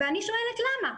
ואני שואלת למה,